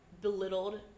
belittled